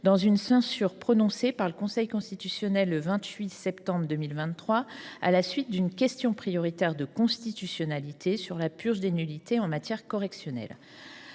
dans une censure prononcée par le Conseil constitutionnel le 28 septembre 2023 à la suite d’une question prioritaire de constitutionnalité (QPC) sur la purge des nullités en matière correctionnelle.